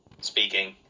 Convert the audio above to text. speaking